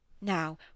Now